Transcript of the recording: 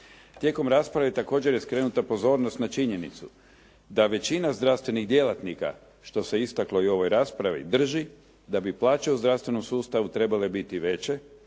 Tijekom rasprave, također je skrenuta pozornost na činjenicu da većina zdravstvenih djelatnika, što se istaklo i u ovoj raspravi, drži da bi plaće u zdravstvenom sustavu trebale biti veće,